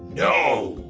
no.